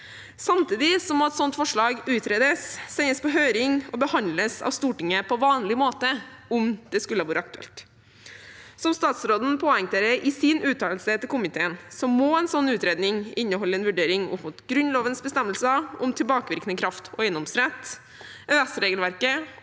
Samtidig må et sånt forslag utredes, sendes på høring og behandles av Stortinget på vanlig måte om det skulle ha vært aktuelt. Som statsråden poengterer i sin uttalelse til komiteen, må en sånn utredning inneholde en vurdering opp mot Grunnlovens bestemmelser om tilbakevirkende kraft og eiendomsrett, rettsregelverket